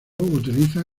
utiliza